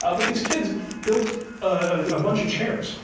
ah but these kids built a bunch of chairs.